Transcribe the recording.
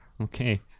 Okay